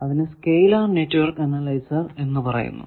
അതിനെ scalar network analyser എന്ന് പറയുന്നു